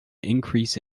increase